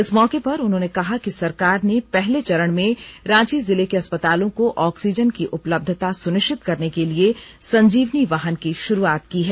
इस मौके पर उन्होंने कहा कि सरकार ने पहले चरण में रांची जिले को अस्पतालों को ऑक्सीजन की उपलब्धता सुनिश्चित करने के लिए संजीवनी वाहन की शुरुआत की है